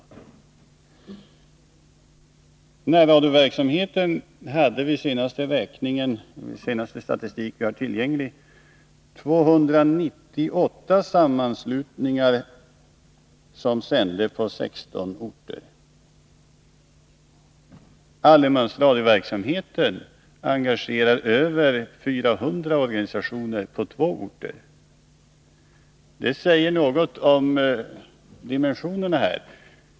Enligt den senaste statistik som vi har tillgänglig beträffande närradioverksamheten sände 298 sammanslutningar på 16 orter. Allemansradioverksamheten engagerade över 400 organisationer på två orter. Det säger något om dimensionerna.